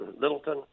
Littleton